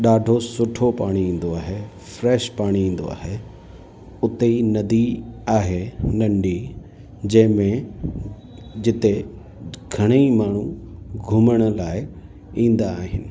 ॾाढो सुठो पाणी ईंदो आहे फ़्रेश पाणी ईंदो आहे उते ई नदी आहे नंढी जंहिं में जिते घणई माण्हू घुमण लाइ ईंदा आहिनि